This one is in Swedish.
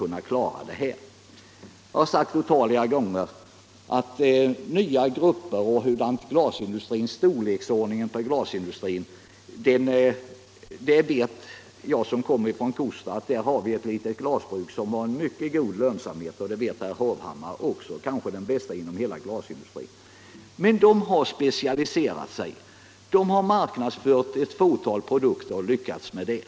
Jag har otaliga gånger pekat på behovet av nya grupperingar inom glasindustrin. Jag som kommer från Kosta vet, och herr Hovhammar vet det lika väl, att det där finns ett glasbruk som har en mycket god lönsamhet, kanske den bästa inom hela glasindustrin. Men det har specialiserat sig, marknadsfört ett fåtal produkter och lyckats med det.